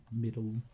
middle